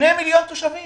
2 מיליון תושבים